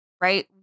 Right